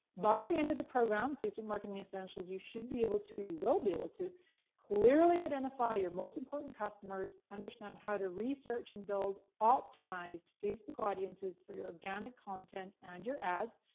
by the end of the program, facebook marketing essentials, you should be able to, you will be able to clearly identify your most important customers, understand how to research and build, optimized facebook audiences for your organic content and your ads,